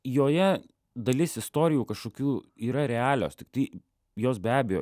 joje dalis istorijų kažkokių yra realios tiktai jos be abejo